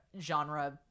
genre